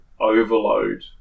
overload